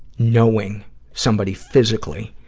knowing somebody physically,